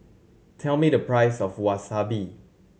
tell me the price of Wasabi